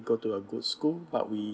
go to a good school but we